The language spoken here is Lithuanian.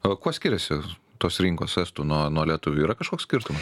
o kuo skiriasi tos rinkos estų nuo nuo lietuvių yra kažkoks skirtumas